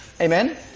Amen